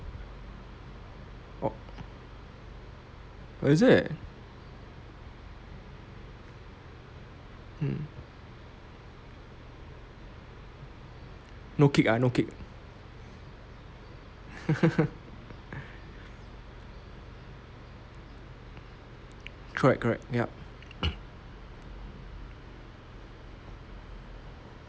orh oh is it hmm no kick ah no kick correct correct yup